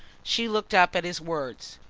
she looked up at his words.